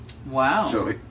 Wow